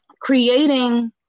creating